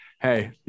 hey